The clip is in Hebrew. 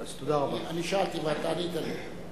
אני שאלתי ואתה ענית לי,